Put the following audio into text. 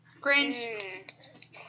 Grinch